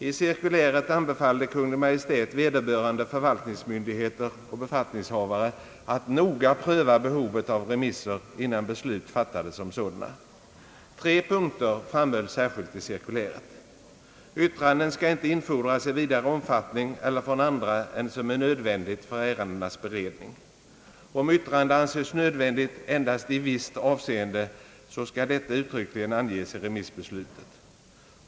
I cirkuläret anbefallde Kungl. Maj:t vederbörande förvaltningsmyndigheter och = befattningshavare att noga pröva behovet av remisser innan beslut fattades om sådana. Yttranden skall inte infordras i vidare omfattning eller från andra än som är nödvändigt för ärendets utredning. Om yttrande anses nödvändigt endast i visst avseende, skall detta uttryckligen anges i remissbeslutet.